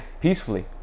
peacefully